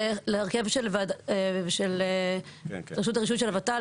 להרכב של רשות הרישוי של הות"ל,